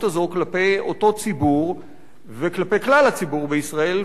הזאת כלפי אותו ציבור וכלפי כלל הציבור בישראל,